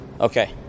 Okay